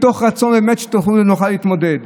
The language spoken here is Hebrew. מתוך רצון שבאמת נוכל להתמודד.